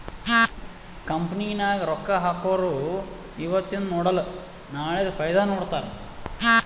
company ನಾಗ್ ರೊಕ್ಕಾ ಹಾಕೊರು ಇವತಿಂದ್ ನೋಡಲ ನಾಳೆದು ಫೈದಾ ನೋಡ್ತಾರ್